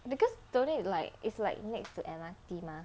because don't need like is like next to M_R_T mah